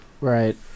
Right